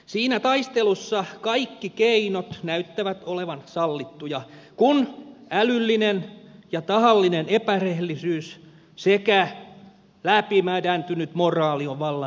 siinä taistelussa kaikki keinot näyttävät olevan sallittuja kun älyllinen ja tahallinen epärehellisyys sekä läpimädäntynyt moraali on vallannut mielen